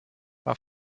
war